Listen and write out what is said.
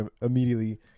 immediately